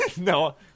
No